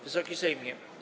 Wysoki Sejmie!